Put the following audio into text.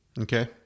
Okay